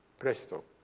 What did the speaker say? presto,